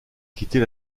quitter